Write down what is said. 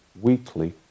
weekly